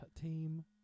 team